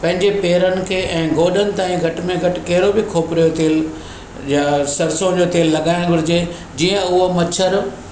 पंहिंजे पैरनि खे ऐं गोॾनि ताईं घटि में घटि कहिड़ो बि खोपरे जो तेल या सरसो जो तेल लॻाइण घुरिजे जीअं उहो मछरु